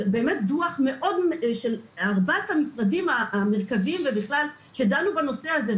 דו"ח של ארבעת המשרדים המרכזיים שדנו בנושא הזה.